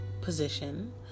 position